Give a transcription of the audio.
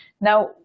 now